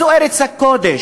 זו ארץ הקודש,